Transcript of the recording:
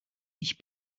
ich